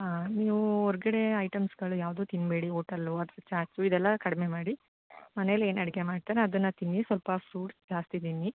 ಹಾಂ ನೀವು ಹೊರ್ಗಡೆ ಐಟಮ್ಸ್ಗಳು ಯಾವುದು ತಿನ್ನಬೇಡಿ ಓಟಲು ಅಥ್ವಾ ಚಾಟ್ಸು ಇದೆಲ್ಲ ಕಡಿಮೆ ಮಾಡಿ ಮನೆಯಲ್ಲಿ ಏನು ಅಡುಗೆ ಮಾಡ್ತಾರೆ ಅದನ್ನ ತಿನ್ನಿ ಸ್ವಲ್ಪ ಫ್ರೂಟ್ಸ್ ಜಾಸ್ತಿ ತಿನ್ನಿ